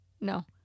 No